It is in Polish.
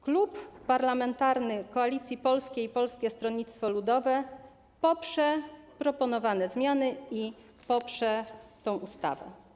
Klub Parlamentarny Koalicja Polska - Polskie Stronnictwo Ludowe poprze proponowane zmiany i poprze tę ustawę.